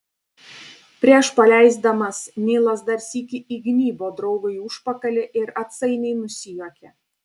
prieš paleisdamas nilas dar sykį įgnybo draugui į užpakalį ir atsainiai nusijuokė